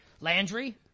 Landry